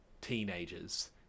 teenagers